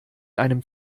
einem